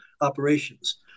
operations